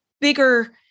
bigger